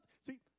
see